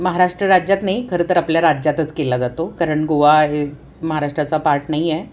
महाराष्ट्र राज्यात नाही खरं तर आपल्या राज्यातच केला जातो कारण गोवा हे महाराष्ट्राचा पार्ट नाही आहे